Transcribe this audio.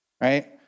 right